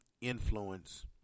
influence